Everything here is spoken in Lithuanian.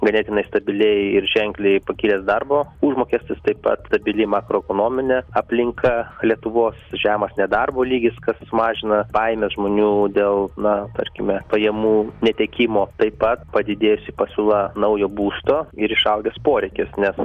ganėtinai stabiliai ir ženkliai pakilęs darbo užmokestis taip pat stabili makroekonominė aplinka lietuvos žemas nedarbo lygis kas mažina baimę žmonių dėl na tarkime pajamų netekimo taip pat padidėjusi pasiūla naujo būsto ir išaugęs poreikis nes